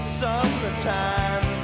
summertime